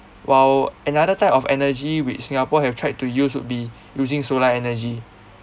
while another type of energy which singapore have tried to use would be using solar energy